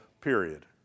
period